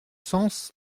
sens